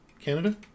Canada